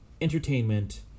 entertainment